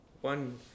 One